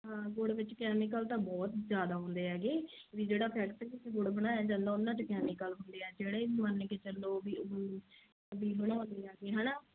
ਹਾਂ ਗੁੜ ਵਿੱਚ ਕੈਮੀਕਲ ਤਾਂ ਬਹੁਤ ਜਿਆਦਾ ਹੁੰਦੇ ਹੈਗੇ ਵੀ ਜਿਹੜਾ ਫੈਕਟਰੀ 'ਚ ਗੁੜ ਬਣਾਇਆ ਜਾਂਦਾ ਉਹਨਾਂ 'ਚ ਕੈਮੀਕਲ ਹੁੰਦੇ ਆ ਜਿਹੜੇ ਮੰਨ ਕੇ ਚੱਲੋ ਵੀ ਬਣਾਉਦੀਆਂ ਨੇ ਹਨਾ